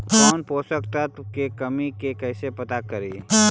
कौन पोषक तत्ब के कमी है कैसे पता करि?